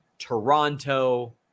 Toronto